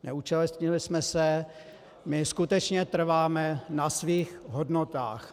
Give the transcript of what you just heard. Neúčastnili jsme se, my skutečně trváme na svých hodnotách.